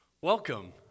Welcome